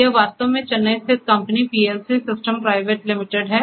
यह वास्तव में चेन्नई स्थित company PLC system private limited है